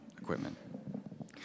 equipment